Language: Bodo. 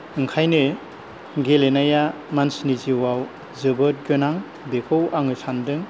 ओंखायनो गेलेनाया मानसिनि जिउआव जोबोद गोनां बेखौ आङो सानदों